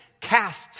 cast